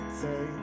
say